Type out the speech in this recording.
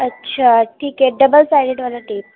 اچھا ٹھیک ہے ڈبل سائڈیڈ والا ٹیپ